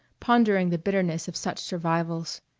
pondering the bitterness of such survivals.